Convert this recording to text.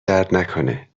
دردنکنه